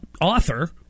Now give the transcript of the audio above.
author